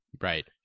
Right